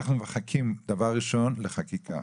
אנחנו מחכים דבר ראשון לחקיקה,